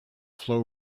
flow